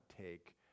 take